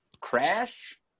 Crash